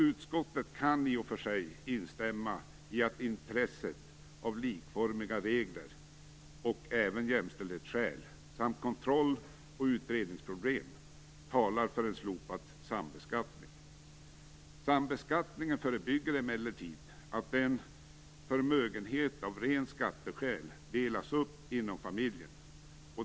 Utskottet kan i och för sig instämma i att intresset av likformiga regler liksom även jämställdhetsskäl samt kontroll och utredningsproblem talar för en slopad sambeskattning. Sambeskattningen förebygger emellertid att en förmögenhet av rena skatteskäl delas upp inom en familj.